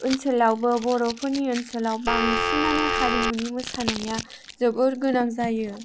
ओनसोलावबो बर'फोरनि ओनसोलाव बांसिनानो हारिमुनि मोसानाया जोबोर गोनां जायो